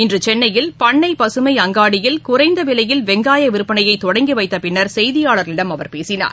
இன்றுசென்னையில் பண்ணைபசுமை அங்காடியில் குறைந்தவிலையில் வெங்காயவிற்பனையைதொடங்கிவைத்தப் பின்னர் செய்தியாளர்களிடம் அவர் பேசினார்